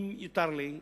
אם יותר לי,